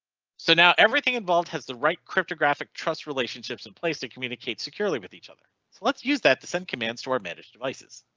so now everything involved has the right cryptographic trust relationships in place to communicate securely with each other so let's use that to send commands to our manage devices.